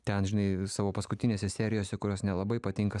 ten žinai savo paskutinėse serijose kurios nelabai patinka